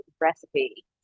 recipe